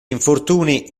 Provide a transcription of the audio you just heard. infortuni